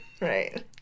Right